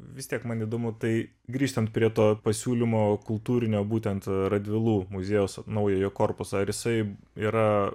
vis tiek man įdomu tai grįžtant prie to pasiūlymo kultūrinio būtent radvilų muziejaus naujojo korpuso ar jisai yra